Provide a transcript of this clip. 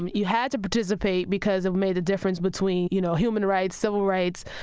and you had to participate because it made a difference between, you know, human rights, civil rights,